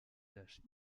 taches